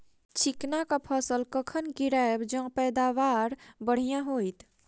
चिकना कऽ फसल कखन गिरैब जँ पैदावार बढ़िया होइत?